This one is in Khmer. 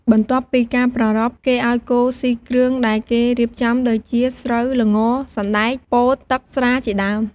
បន្ទាប់ពីការប្រារព្ធ គេឪ្យគោស៊ីគ្រឿងដែលគេរៀបចំដូចជា ស្រូវ ល្ង សណ្ដែក ពោត ទឹក ស្រាជាដើម។